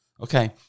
Okay